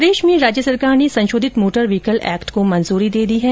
प्रदेश में राज्य सरकार ने संशोधित मोटर व्हीकल एक्ट को मंजूरी दे दी है